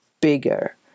bigger